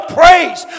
praise